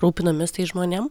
rūpinomės tais žmonėm